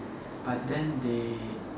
but then they